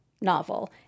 novel